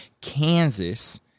Kansas